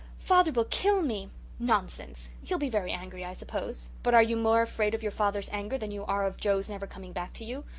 father will kill me nonsense. he'll be very angry i suppose. but are you more afraid of your father's anger than you are of joe's never coming back to you?